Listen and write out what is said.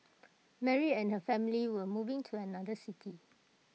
Mary and her family were moving to another city